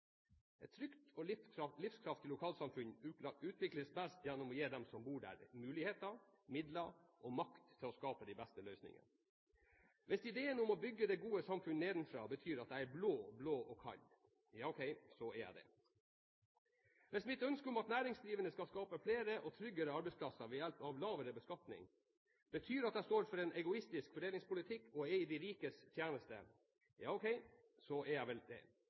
Et trygt og livskraftig lokalsamfunn utvikles best gjennom å gi dem som bor der, muligheter, midler og makt til å skape de beste løsningene. Hvis ideen om å bygge det gode samfunn nedenfra betyr at jeg er blå-blå og kald, ja så er jeg det. Hvis mitt ønske om at næringsdrivende skal skape flere og tryggere arbeidsplasser ved hjelp av lavere beskatning, betyr at jeg står for en egoistisk fordelingspolitikk og er i de rikes tjeneste, ja så er jeg vel det.